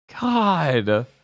God